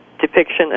depiction